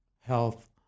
health